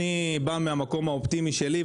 אני בא מהמקום האופטימי שלי,